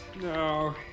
No